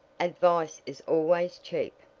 advice is always cheap!